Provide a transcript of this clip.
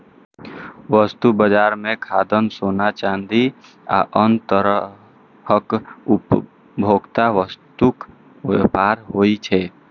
वस्तु बाजार मे खाद्यान्न, सोना, चांदी आ आन तरहक उपभोक्ता वस्तुक व्यापार होइ छै